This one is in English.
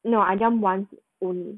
no I jump [one] only